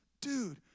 Dude